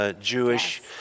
Jewish